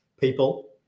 people